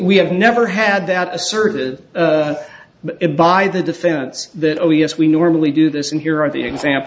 we have never had that asserted by the defense that oh yes we normally do this and here are the example